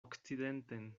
okcidenten